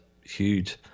huge